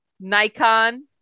Nikon